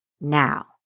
now